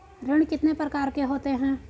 ऋण कितने प्रकार के होते हैं?